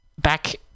Back